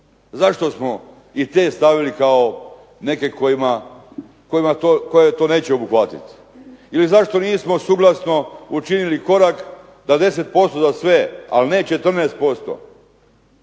Zašto smo i te stavili kao neke koje to neće obuhvatit ili zašto nismo suglasno učinili korak da 10% za sve, ali ne 14%,